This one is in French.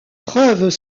preuves